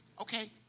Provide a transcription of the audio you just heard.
Okay